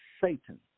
Satan